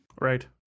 Right